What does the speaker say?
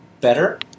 better